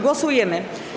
Głosujemy.